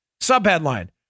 Sub-headline